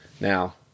now